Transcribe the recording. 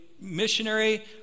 missionary